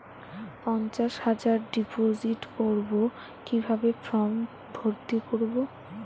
পঞ্চাশ হাজার ডিপোজিট করবো কিভাবে ফর্ম ভর্তি করবো?